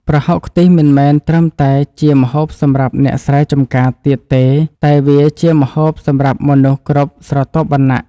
ប្រហុកខ្ទិះមិនមែនត្រឹមតែជាម្ហូបសម្រាប់អ្នកស្រែចម្ការទៀតទេតែវាជាម្ហូបសម្រាប់មនុស្សគ្រប់ស្រទាប់វណ្ណៈ។